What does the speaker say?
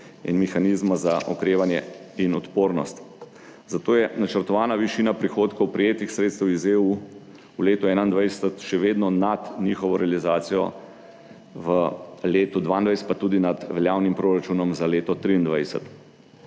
in mehanizma za okrevanje in odpornost. Zato je načrtovana višina prihodkov prejetih sredstev iz EU v letu 2021 še vedno nad njihovo realizacijo, v letu 2022 pa tudi nad veljavnim proračunom za leto 2023.